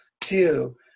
two